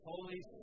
Holy